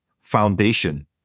foundation